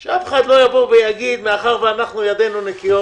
כדי שאף אחד לא יגיד, ידינו נקיות.